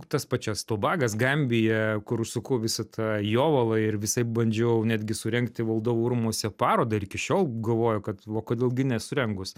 tas pačias tobagas gambija kur suku visą tą jovalą ir visaip bandžiau netgi surengti valdovų rūmuose parodą ir iki šiol galvoju kad va kodėl gi nesurengus